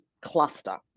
cluster